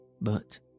But—